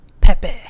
pepe